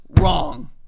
wrong